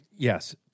Yes